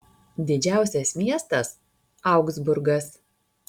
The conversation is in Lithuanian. didžiausias miestas augsburgas